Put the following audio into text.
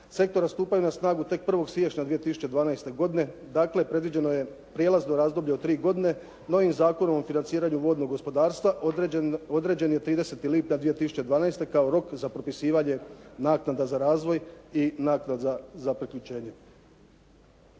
sektora stupaju na snagu tek 1. siječnja 2012. godine. Dakle, predviđeno je prijelazno razdoblje od 3 godine. Novim Zakonom o financiranju vodnog gospodarstva određen je 30. lipnja 2012. godine kao rok za propisivanje naknada za razvoj i naknada za priključenje.